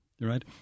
Right